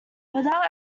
without